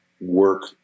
work